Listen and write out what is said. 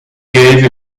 gave